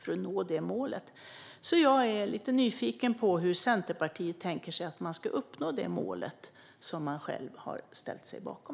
Jag är därför lite nyfiken på hur Centerpartiet tänker sig att man ska uppnå detta mål, som partiet självt har ställt sig bakom.